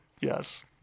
Yes